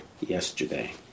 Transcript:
yesterday